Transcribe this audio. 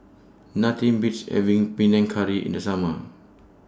Nothing Beats having Panang Curry in The Summer